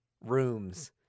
rooms